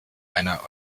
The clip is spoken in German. einer